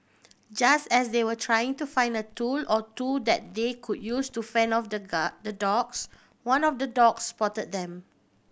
just as they were trying to find a tool or two that they could use to fend off the the dogs one of the dogs spot them